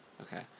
Okay